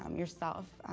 um yourself,